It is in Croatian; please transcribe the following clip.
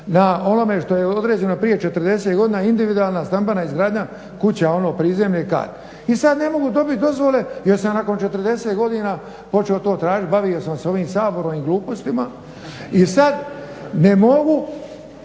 na onome što je određeno prije 40 godina individualna stambena izgradnja kuća, ono prizemni kat. I sada ne mogu dobiti dozvole jer sam nakon 40 godina počeo to tražiti, bavio sam se ovim Saborom i glupostima i sada ne mogu